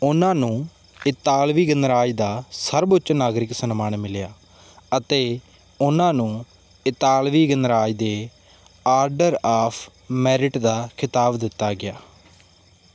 ਉਹਨਾਂ ਨੂੰ ਇਤਾਲਵੀ ਗਣਰਾਜ ਦਾ ਸਰਵਉੱਚ ਨਾਗਰਿਕ ਸਨਮਾਨ ਮਿਲਿਆ ਅਤੇ ਉਹਨਾਂ ਨੂੰ ਇਤਾਲਵੀ ਗਣਰਾਜ ਦੇ ਆਰਡਰ ਆਫ਼ ਮੈਰਿਟ ਦਾ ਖਿਤਾਬ ਦਿੱਤਾ ਗਿਆ